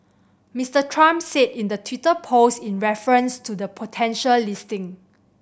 Mister Trump said in the Twitter post in reference to the potential listing